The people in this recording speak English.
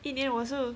一年我是